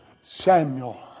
Samuel